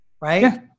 right